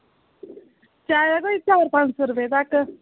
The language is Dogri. चाहे कोई चार पञं सौ रपे तक